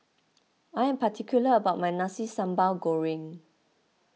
I am particular about my Nasi Sambal Goreng